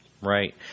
Right